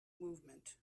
movement